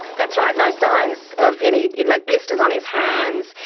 that's right, no signs of any. like, blisters on his hands,